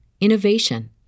innovation